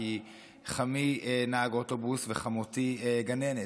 כי חמי נהג אוטובוס וחמותי גננת,